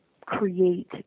create